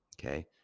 Okay